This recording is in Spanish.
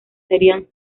serían